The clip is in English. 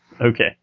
Okay